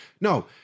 No